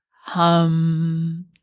hum